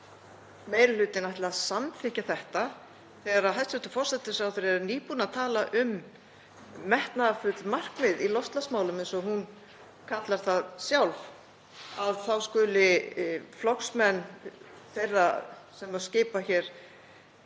meiri hlutinn ætli að samþykkja þetta þegar hæstv. forsætisráðherra er nýbúin að tala um metnaðarfull markmið í loftslagsmálum, eins og hún kallar það sjálf, að þá skuli flokksmenn þeirra sem skipa hér